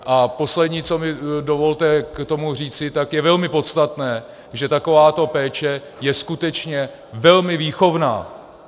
A poslední, co mi dovolte k tomu říci je velmi podstatné, že takováto péče je skutečně velmi výchovná.